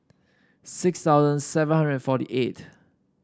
six thousand seven hundred forty eight